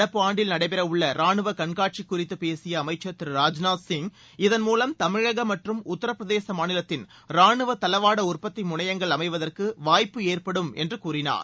நடப்பாண்டில் நடைபெறவுள்ள ரானுவ கண்காட்சி குறித்து பேசிய அமைச்சர் திரு ராஜ்நாத் சிங் இதன் மூலம் தமிழக மற்றும் உத்தரப்பிரதேச மாநிலத்தின் ராணுவ தளவாட உற்பத்தி முனையங்கள் அமைவதற்கு வாய்ப்பு ஏற்படும் என்று கூறினார்